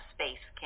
Space